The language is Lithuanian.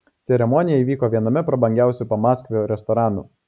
ceremonija įvyko viename prabangiausių pamaskvio restoranų